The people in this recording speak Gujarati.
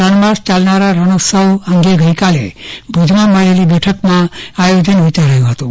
ત્રણ માસ ચાલનારા રણીત્સવ અંગે ગઇકાલે ભુ જમાં મળેલી બેઠકમાં આથોજન વિચારાયું હતું